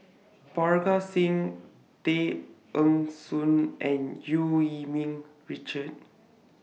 Parga Singh Tay Eng Soon and EU Yee Ming Richard